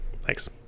Thanks